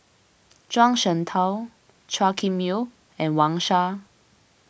Zhuang Shengtao Chua Kim Yeow and Wang Sha